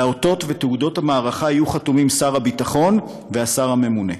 על האותות ותעודות המערכה יהיו חתומים שר הביטחון והשר הממונה.